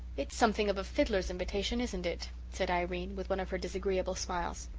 it's something of a fiddler's invitation, isn't it? said irene, with one of her disagreeable smiles.